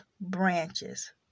branches